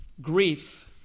grief